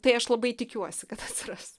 tai aš labai tikiuosi kad atsiras